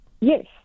Yes